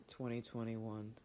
2021